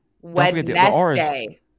Wednesday